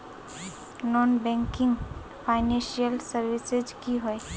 Non banking financial services की होय?